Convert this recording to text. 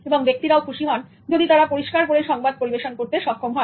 এবং ব্যক্তিরাও খুশি হন যদি তারা পরিষ্কার করে সংবাদ পরিবেশন করতে সক্ষম হন